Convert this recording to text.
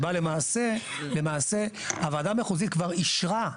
למעשה, הוועדה מחוזית כבר אישרה.